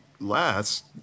last